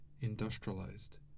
industrialized